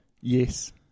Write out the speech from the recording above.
Yes